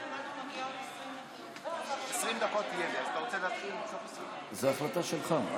זה החלטה שלך.